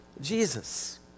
Jesus